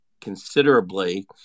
considerably